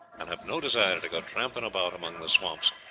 and have no desire to go tramping about among the swamps,